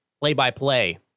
play-by-play